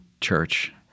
church